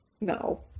no